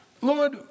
Lord